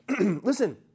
Listen